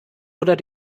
oder